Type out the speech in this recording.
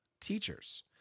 teachers